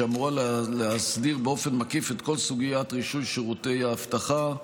שאמורה להסדיר באופן מקיף את כל סוגיית רישוי שירותי האבטחה.